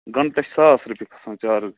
گَنٹَس چھِ ساس رۄپیہِ کھَسان چارٕج